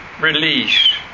release